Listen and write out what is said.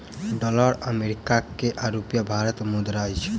dollar America के आ रूपया भारत के मुद्रा अछि